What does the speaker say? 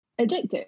addictive